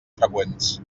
freqüents